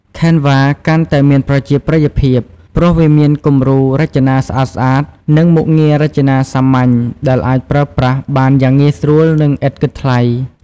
Canva កាន់តែមានប្រជាប្រិយភាព ព្រោះវាមានគំរូរចនាស្អាតៗ និងមុខងាររចនាសាមញ្ញដែលអាចប្រើប្រាស់បានយ៉ាងងាយស្រួល និងឥតគិតថ្លៃ។